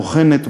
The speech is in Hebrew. בוחנת,